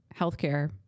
healthcare